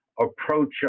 approach